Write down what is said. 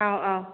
ꯑꯥꯎ ꯑꯥꯎ